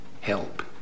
help